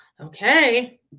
Okay